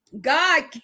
God